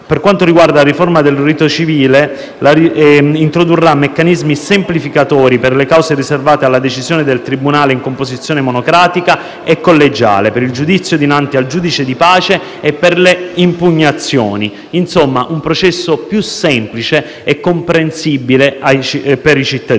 Per quanto riguarda la riforma del rito civile, il provvedimento introdurrà meccanismi semplificatori per le cause riservate alla decisione del tribunale in composizione monocratica e collegiale, per il giudizio dinanzi al giudice di pace e per le impugnazioni: insomma, un processo più semplice e comprensibile ai cittadini.